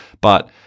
But-